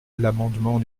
l’amendement